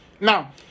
Now